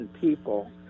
people